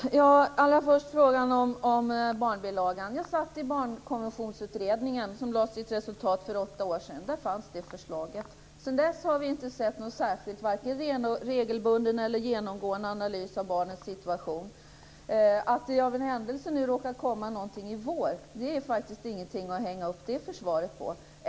Fru talman! Allra först frågan om barnbilagan. Jag satt i barnkonventionsutredningen, som lade fram sitt resultat för åtta år sedan. Där fanns det förslaget. Sedan dess har vi inte sett någon särskild vare sig regelbunden eller genomgående analys av barnens situation. Att det av en händelse nu råkar komma någonting i vår är faktiskt ingenting att hänga upp försvaret på.